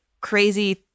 crazy